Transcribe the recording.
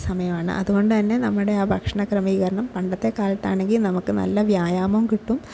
സമയമാണ് അതുകൊണ്ടുതന്നെ നമ്മുടെ ആ ഭക്ഷണ ക്രമീകരണം പണ്ടത്തെ കാലത്താണെങ്കിൽ നമുക്ക് നല്ല വ്യായാമവും കിട്ടും